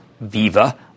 Viva